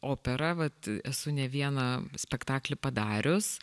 opera vat esu ne vieną spektaklį padarius